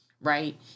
right